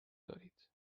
دارید